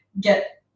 get